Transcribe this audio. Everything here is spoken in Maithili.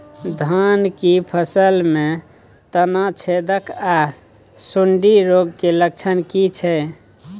धान की फसल में तना छेदक आर सुंडी रोग के लक्षण की छै?